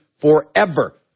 forever